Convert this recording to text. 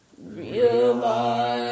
realize